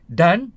dan